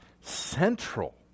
central